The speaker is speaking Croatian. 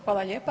Hvala lijepa.